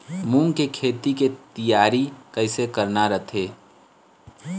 मूंग के खेती के तियारी कइसे करना रथे?